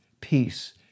Peace